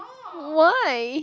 why